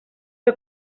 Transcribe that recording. que